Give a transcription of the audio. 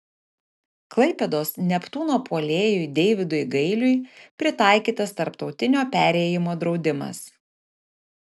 klaipėdos neptūno puolėjui deividui gailiui pritaikytas tarptautinio perėjimo draudimas